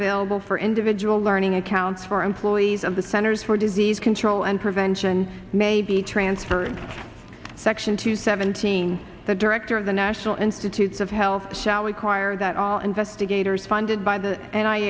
available for individual learning accounts for employees of the centers for disease control and prevention may be transferred section to seventeen the director of the national institutes of health shall require that all investigators funded by the and i